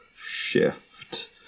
Shift